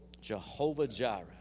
Jehovah-Jireh